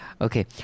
Okay